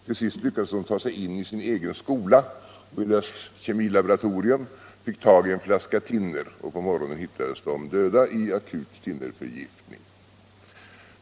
Till sist lyckades de ta sig in i sin egen skola och dess kemilaboratorium och fick där tag i en flaska thinner. På morgonen hittades de döda i akut thinnerförgiftning.